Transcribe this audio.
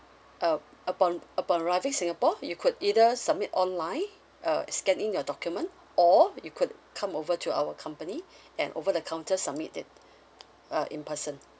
uh upon upon arriving singapore you could either submit online uh scan in your document or you could come over to our company and over the counter submit it uh in person